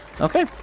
okay